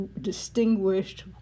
distinguished